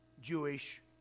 Jewish